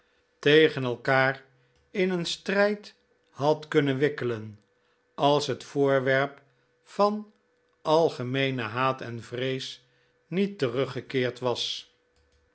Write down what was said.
tegen elkaar in een strijd had kunnen wikkelen als het voorwerp van algemeenen haat en vrees niet teruggekeerd was